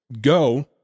Go